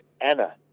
Anna